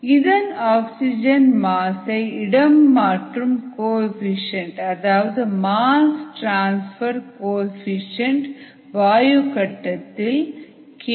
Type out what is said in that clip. இதன் ஆக்சிஜன் மாசை இடம் மாற்றும் கோஎஃபீஷியேன்ட் அதாவது மாஸ் டிரான்ஸ்பர் கோஎஃபீஷியேன்ட் ஆக்சிஜன் வாயு கட்டத்தில் ky